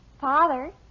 Father